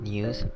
News